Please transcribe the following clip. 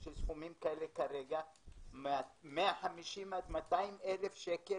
יש לי סכומים כאלה כרגע - 150 עד 200 אלף שקל